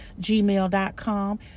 gmail.com